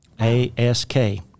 A-S-K